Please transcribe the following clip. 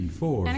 four